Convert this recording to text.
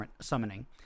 summoning